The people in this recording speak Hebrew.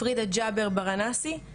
פרידה ג'אבר ברנסי,